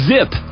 Zip